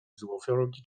złowrogi